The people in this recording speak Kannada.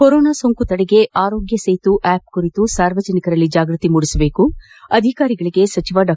ಕೊರೋನಾ ಸೋಂಕು ತಡೆಗೆ ಆರೋಗ್ಗ ಸೇತು ಆ್ಕಪ್ ಕುರಿತು ಸಾರ್ವಜನಿಕರಲ್ಲಿ ಜಾಗೃತಿ ಮೂಡಿಸಬೇಕು ಅಧಿಕಾರಿಗಳಿಗೆ ಸಚಿವ ಡಾ